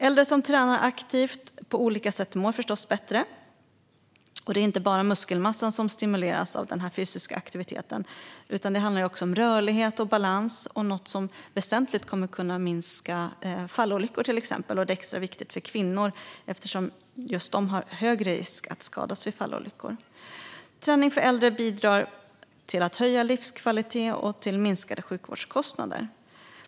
Äldre som tränar aktivt på olika sätt mår bättre. Det är inte bara muskelmassan som stimuleras av den fysiska aktiviteten, utan det handlar också om rörlighet och balans, något som väsentligt kan minska till exempel fallolyckorna. Detta är extra viktigt för kvinnor eftersom de har högre risk att skadas vid fallolyckor. Träning för äldre bidrar till att höja livskvaliteten och till minskade sjukvårdskostnader.